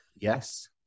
yes